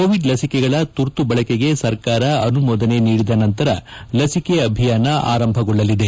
Covid ಲಸಿಕೆಗಳ ತುರ್ತು ಬಳಕೆಗೆ ಸರ್ಕಾರ ಅನುಮೋದನೆ ನೀಡಿದ ನಂತರ ಲಸಿಕೆ ಅಭಿಯಾನ ಆರಂಭಗೊಳ್ಳಲಿದೆ